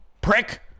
prick